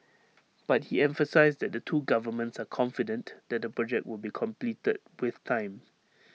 but he emphasised that the two governments are confident that the project will be completed with time